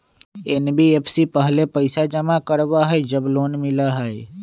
NBFC पहले पईसा जमा करवहई जब लोन मिलहई?